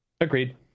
Agreed